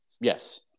Yes